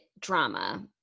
drama